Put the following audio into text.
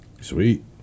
Sweet